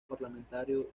parlamentario